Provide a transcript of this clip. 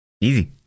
Easy